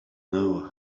know